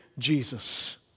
Jesus